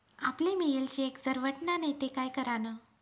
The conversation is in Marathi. आपले मियेल चेक जर वटना नै ते काय करानं?